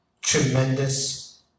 tremendous